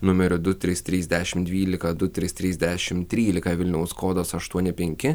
numeriu du trys trys dešimt dvylika du trys trys dešimt trylika vilniaus kodas aštuoni penki